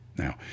Now